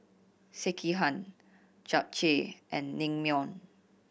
Sekihan Japchae and Naengmyeon